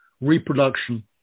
reproduction